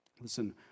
Listen